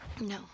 No